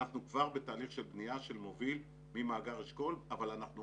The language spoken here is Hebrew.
אנחנו כבר בתהליך בנייה של מוביל ממאגר אשכול אבל אנחנו